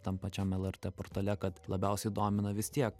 tam pačiam lrt portale kad labiausiai domina vis tiek